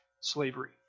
slavery